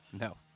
no